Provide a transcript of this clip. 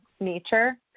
nature